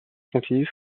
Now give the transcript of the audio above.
continue